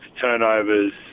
turnovers